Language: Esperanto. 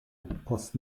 post